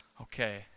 Okay